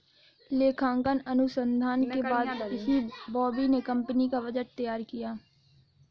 लेखांकन अनुसंधान के बाद ही बॉबी ने कंपनी का बजट तैयार किया